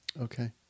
Okay